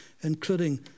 including